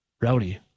Rowdy